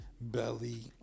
belly